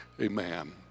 Amen